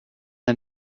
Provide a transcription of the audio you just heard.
the